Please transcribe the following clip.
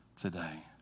today